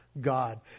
God